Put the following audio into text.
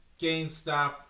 GameStop